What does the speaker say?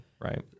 right